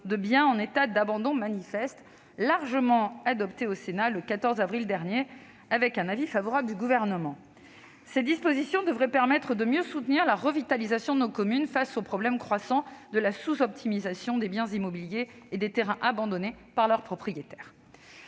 de biens en état d'abandon manifeste, largement adoptée au Sénat le 14 avril dernier, avec un avis favorable du Gouvernement. Ces dispositions devraient permettre de mieux soutenir la revitalisation de nos communes face au problème croissant de la sous-optimisation des biens immobiliers et des terrains abandonnés par leurs propriétaires.